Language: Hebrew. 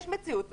יש מציאות.